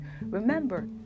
remember